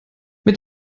mit